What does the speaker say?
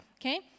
Okay